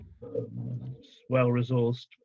well-resourced